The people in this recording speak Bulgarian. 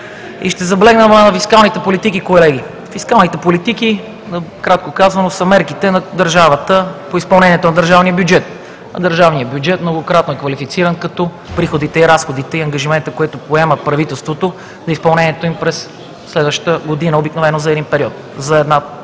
Ще наблегна на фискалните политики, колеги. Фискалните политики, накратко казано, са мерките на държавата по изпълнението на държавния бюджет, а държавният бюджет многократно е квалифициран като приходите, разходите и ангажиментите, които поема правителството за изпълнението им през следващата година, обикновено за една